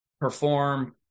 perform